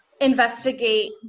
investigate